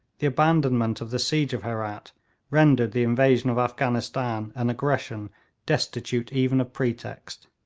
the abandonment of the siege of herat rendered the invasion of afghanistan an aggression destitute even of pretext.